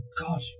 God